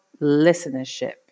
listenership